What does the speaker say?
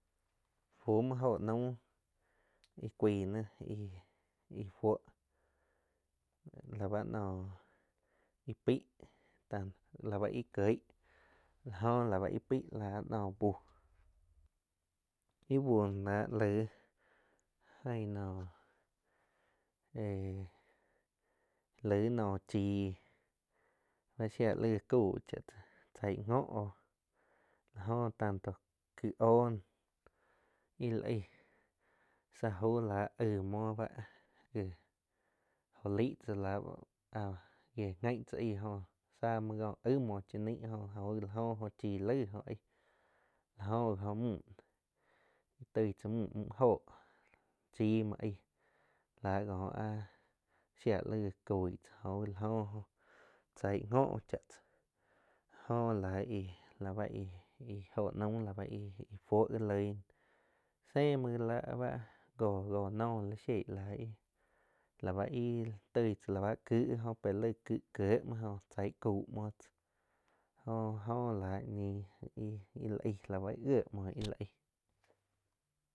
Fu muo óho naum íh cuaij náh, ih-ih fuoh la ba noh íh paig tan la ba ih kieg la jó la báh íh peig la noh buh íh bu noh láh laig ain noh éh laig no chiin bá shi li ga chau cha tzá chaig njo oh la jóh tanto ki oh óoh nó íh la aig sá aug láh aig muo la ba gi jo laig tzz la báh áh gie gain tzá aig jo tza li ko aig muoh cha naig jo ho gi chii laig jo aig la oh ji oh mjü toi tzá mjü joh chii muoh aig la ko áh shiah li já coig tzá óh jo chaig njó cha tzá jóh la íh la ba íh jo naum la ba íh fuo ji loig náh se muo ji láh áh jóh-jóh noh li shieg la íh, lá bá ih toig gi tzá la bá kig gi jo pe ki kie muoh jo chaig cau muo tzá jo-jo la ñi íh la jie muo íh la aig.